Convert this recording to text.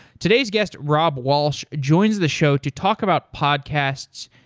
today's guest, rob walch, joins the show to talk about podcasts,